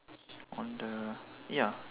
on the ya